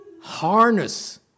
harness